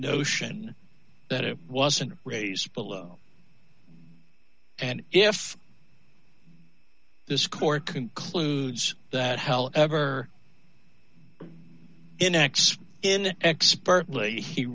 notion that it wasn't raised and if this court concludes that however in acts in expertly he